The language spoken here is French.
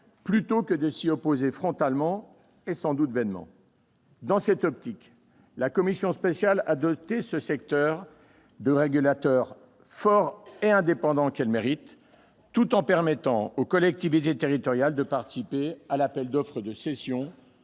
plutôt que de s'y opposer frontalement et, sans doute, vainement. Dans cette optique, la commission spéciale a doté ce secteur du régulateur fort et indépendant qu'il mérite, tout en permettant aux collectivités territoriales de participer à l'appel d'offres de cession